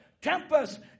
tempest